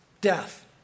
death